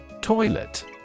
Toilet